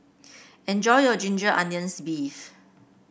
enjoy your Ginger Onions beef